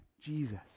Jesus